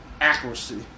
Accuracy